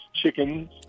chickens